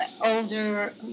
older